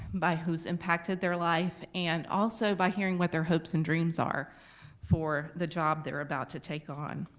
by who's impacted their life, and also by hearing what their hopes and dreams are for the job they're about to take on.